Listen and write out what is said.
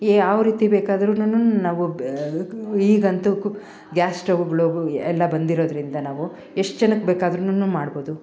ಯಾವ ರೀತಿ ಬೇಕಾದ್ರೂನು ನಾವು ಈಗಂತೂ ಕ್ ಗ್ಯಾಸ್ ಸ್ಟೋವ್ಗಳೂ ಎಲ್ಲಾ ಬಂದಿರೋದರಿಂದ ನಾವು ಎಷ್ಟು ಜನಕ್ಕೆ ಬೇಕಾದ್ರೂನು ಮಾಡ್ಬೋದು